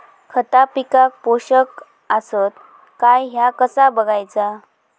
खता पिकाक पोषक आसत काय ह्या कसा बगायचा?